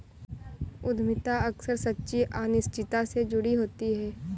उद्यमिता अक्सर सच्ची अनिश्चितता से जुड़ी होती है